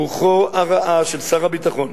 רוחו הרעה של שר הביטחון,